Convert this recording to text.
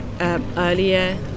earlier